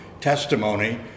testimony